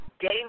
game